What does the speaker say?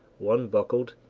one buckled,